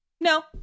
no